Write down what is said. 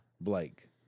Blake